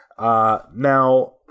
Now